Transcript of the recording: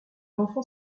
enfant